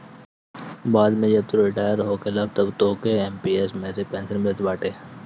बाद में जब तू रिटायर होखबअ तअ तोहके एम.पी.एस मे से पेंशन मिलत बाटे